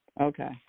Okay